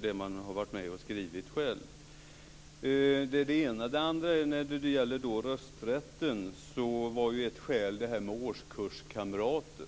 det man har skrivit själv. Sedan var det frågan om rösträtten. Ett skäl ska vara årskurskamrater.